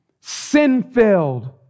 sin-filled